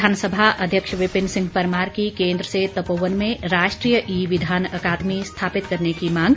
विधानसभा अध्यक्ष विपिन सिंह परमार की केन्द्र से तपोवन में राष्ट्रीय ई विधान अकादमी स्थापित करने की मांग